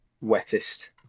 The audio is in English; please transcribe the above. wettest